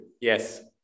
Yes